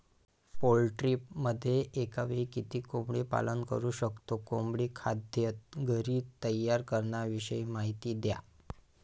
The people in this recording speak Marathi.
पोल्ट्रीमध्ये एकावेळी किती कोंबडी पालन करु शकतो? कोंबडी खाद्य घरी तयार करण्याविषयी माहिती द्या